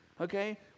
okay